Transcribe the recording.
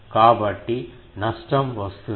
కాబట్టి నష్టం వస్తుంది